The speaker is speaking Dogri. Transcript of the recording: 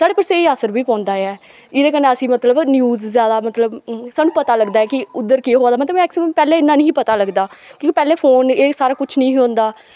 साढ़े पर स्हेई असर बी पौंदा ऐ एह्दे कन्नै असैं न्यूज़ जादा मतलव स्हानू पता लग्गदा ऐ कि उध्दर केह् होआ दा ऐ मतलव मैकसिमम पैह्ले ं इन्ना नी ही पता लगदा की के पैह्लैं फोन एह् सब किश नेईं हा होंदा